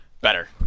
Better